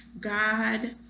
God